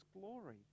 glory